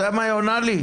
אתה יודע מה היא עונה לי?